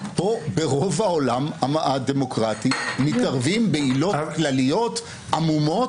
פה ברוב העולם הדמוקרטי מתערבים בעילות כלליות עמומות